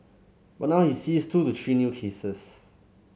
but now he sees two to three new cases